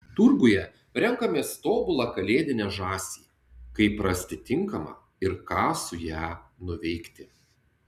turguje renkamės tobulą kalėdinę žąsį kaip rasti tinkamą ir ką su ja nuveikti